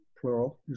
plural